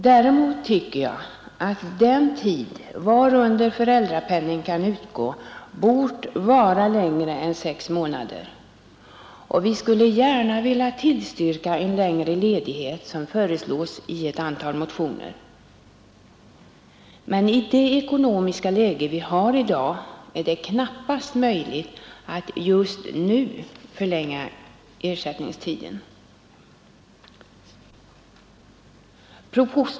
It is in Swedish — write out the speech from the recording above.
Däremot tycker jag att den tid varunder föräldrapenning kan utgå borde vara längre än sex månader, och vi skulle gärna velat tillstyrka längre ledighet — såsom föreslås i ett antal motioner — men i det ekonomiska läge vi har i dag finns knappast möjlighet att just nu förlänga ersättningstiden.